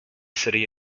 city